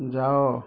ଯାଅ